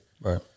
Right